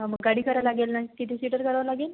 मग गाडी करा लागेल नं किती सीटर करावं लागेल